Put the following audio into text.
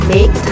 Make